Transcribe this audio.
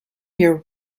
your